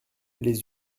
les